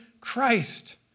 Christ